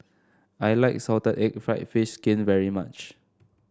I like Salted Egg fried fish skin very much